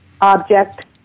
object